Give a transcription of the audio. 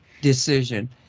decision